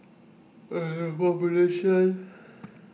and the proportion